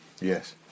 Yes